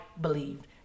believed